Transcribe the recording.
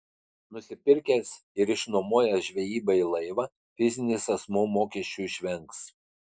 nusipirkęs ir išnuomojęs žvejybai laivą fizinis asmuo mokesčių išvengs